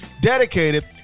dedicated